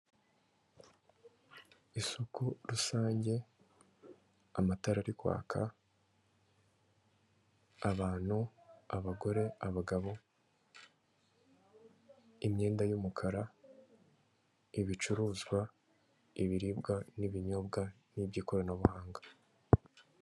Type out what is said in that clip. Isuku rusange, amatara ari kwaka, abantu, abagore, abagabo, imyenda y'umukara, ibicuruzwa, ibiribwa n'ibinyobwa, n'ibyikorana buhanga.